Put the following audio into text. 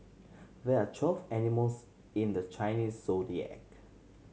there are twelve animals in the Chinese Zodiac